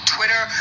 Twitter